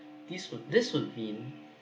this would this would mean